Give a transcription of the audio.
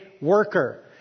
worker